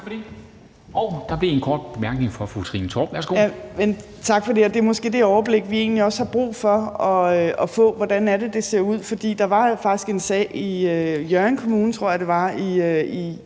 for det. Der er en kort bemærkning fra fru Trine Torp. Værsgo. Kl. 10:55 Trine Torp (SF): Tak for det. Det er måske det overblik, vi egentlig også har brug for at få, altså hvordan det er, det ser ud. Der var jo faktisk en sag i Hjørring Kommune, tror jeg det var, i